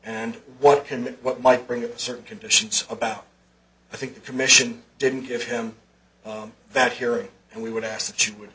and what can what might bring a certain conditions about i think the commission didn't give him that hearing and we would ask that you would